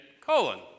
colon